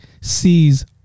sees